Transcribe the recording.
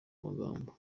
magambo